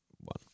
one